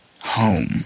Home